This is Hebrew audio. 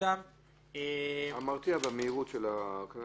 אדם -- ההרתעה היא במהירות של הקנס.